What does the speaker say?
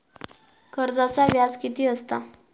कर्जाचा व्याज कीती असता?